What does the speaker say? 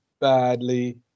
badly